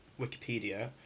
Wikipedia